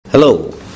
Hello